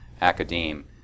academe